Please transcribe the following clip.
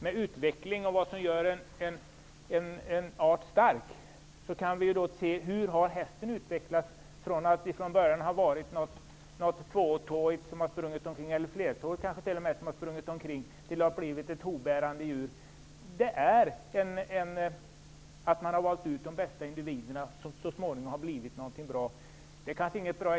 Vad gäller det som gör en art stark kan vi se på hur hästen har utvecklats. Från början var den ett flertåigt djur, som nu har blivit hovbärande. De bästa individerna har valts ut, och det har så småningom gett ett bra resultat.